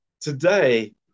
today